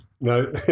No